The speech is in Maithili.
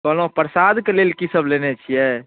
कहलहुॅं परसाद के लेल कि सभ लेने छियै